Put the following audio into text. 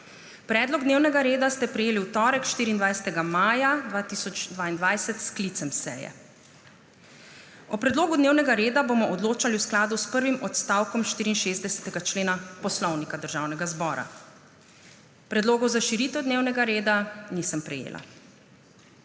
Predlog dnevnega reda ste prejeli v torek, 24. maja 2022, s sklicem seje. O predlogu dnevnega reda bomo odločali v skladu s prvim odstavkom 64. člena Poslovnika Državnega zbora. Predlogov za širitev dnevnega reda nisem prejela.